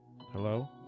Hello